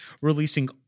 releasing